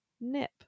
nip